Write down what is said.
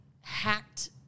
hacked